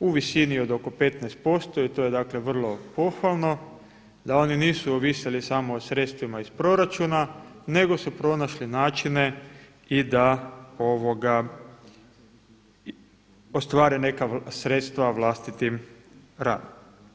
u visini od oko 15% i to je vrlo pohvalno da oni nisu ovisili samo o sredstvima iz proračuna nego su pronašli načine i da ostvare neka sredstva vlastitim radom.